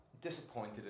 disappointed